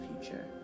future